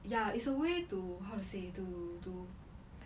ya it's a way to how to say to to